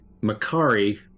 Makari